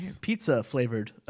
pizza-flavored